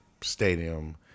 stadium